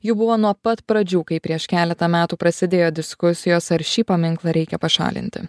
jų buvo nuo pat pradžių kai prieš keletą metų prasidėjo diskusijos ar šį paminklą reikia pašalinti